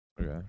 okay